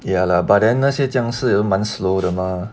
ya lah but then 那些僵尸也是满 slow 的 mah